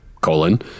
colon